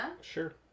Sure